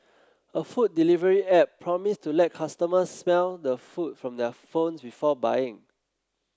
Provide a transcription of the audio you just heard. a food delivery app promised to let customers smell the food from their phones before buying